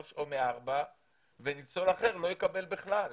או מארבע עמותות וניצול אחר בכלל לא יקבל.